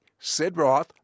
Sidroth